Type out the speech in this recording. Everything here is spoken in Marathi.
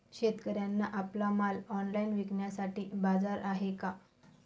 शेतकऱ्यांना आपला माल ऑनलाइन विकण्यासाठी बाजार आहे का?